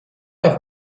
doch